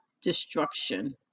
destruction